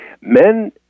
Men